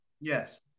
Yes